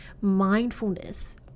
mindfulness